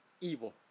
evil